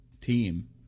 team